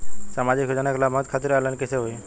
सामाजिक योजना क लाभान्वित खातिर ऑनलाइन कईसे होई?